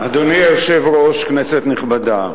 אדוני היושב-ראש, כנסת נכבדה,